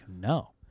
no